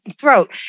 throat